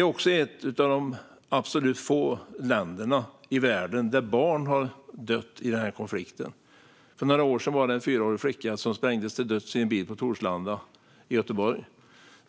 är också ett av väldigt få länder i världen där barn har dött i dessa konflikter. För några år sedan sprängdes en fyraårig flicka till döds i en bil på Torslanda i Göteborg.